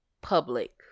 public